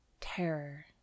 terror